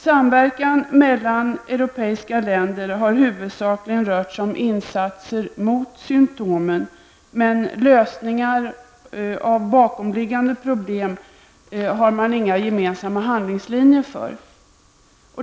Samverkan mellan europeiska länder har huvudsakligen rört sig om insatser mot symptomen, men lösningar av bakomliggande problem har man inga gemensama handlingslinjer för.